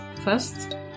first